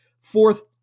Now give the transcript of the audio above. fourth